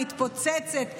מתפוצצת,